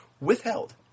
withheld